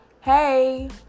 hey